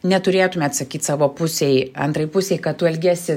neturėtumėt sakyt savo pusei antrai pusei kad tu elgiesi